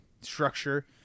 structure